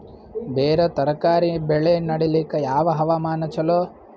ಬೇರ ತರಕಾರಿ ಬೆಳೆ ನಡಿಲಿಕ ಯಾವ ಹವಾಮಾನ ಚಲೋ?